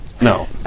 No